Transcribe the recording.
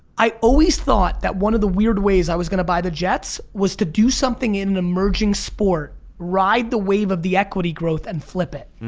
i always thought that one of the weird ways i was gonna buy the jets was to do something in an emerging sport. ride the wave of the equity growth and flip it.